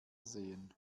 sehen